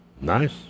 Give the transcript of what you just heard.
Nice